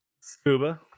Scuba